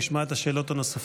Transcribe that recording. נשמע את השאלות הנוספות,